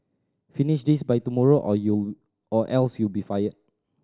finish this by tomorrow or you or else you'll be fired